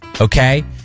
Okay